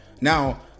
Now